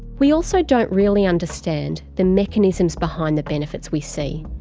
we also don't really understand the mechanisms behind the benefits we see.